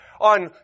on